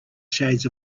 shades